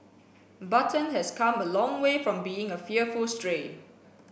button has come a long way from being a fearful stray